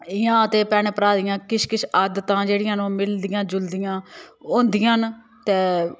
इयां ते भैनां भ्राएं दियां किश किश आदतां जेह्ड़ियां न ओह् मिलदियां जुलदियां होंदियां न ते